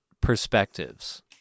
Perspectives